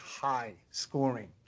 high-scoring